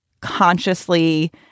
consciously